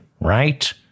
right